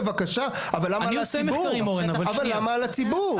בבקשה, אבל למה על הציבור?